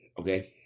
Okay